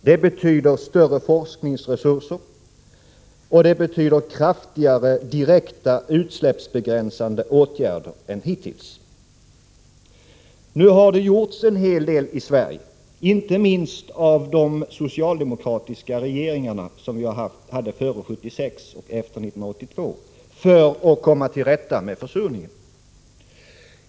Det betyder större forskningsresurser och kraftigare direkta utsläppsbegränsande åtgärder än hittills. Nu har det gjorts en hel del i Sverige, inte minst av de socialdemokratiska regeringarna före 1976 och efter 1982, för att komma till rätta med försurningen.